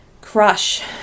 crush